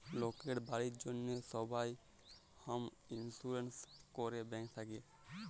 লকের বাড়ির জ্যনহে সবাই হম ইলসুরেলস ক্যরে ব্যাংক থ্যাকে